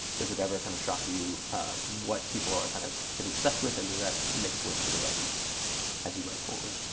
does it ever kind of shock you you what people are kind of getting obsessed with and does that make its way into the writing as you write forward?